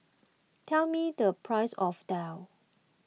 tell me the price of Daal